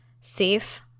safe